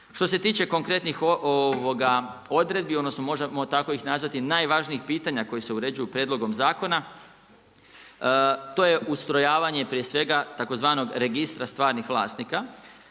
Što se tiče konkretnih odredbi, odnosno možemo tako ih nazvati najvažnijih pitanja koji se uređuju prijedlogom zakona to je ustrojavanje prije svega tzv. registra stvarnih vlasnika.